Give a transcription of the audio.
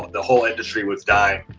the whole industry was dying.